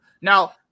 now